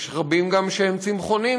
יש גם רבים שהם צמחונים,